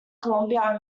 columbia